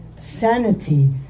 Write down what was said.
sanity